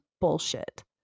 bullshit